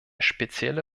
spezielle